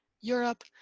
Europe